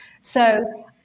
So-